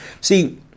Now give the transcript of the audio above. See